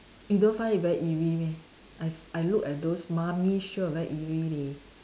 you don't find it very eerie meh I I look at those mummy sure very eerie leh